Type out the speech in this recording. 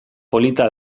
polita